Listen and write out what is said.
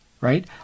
right